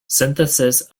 synthesis